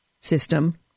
system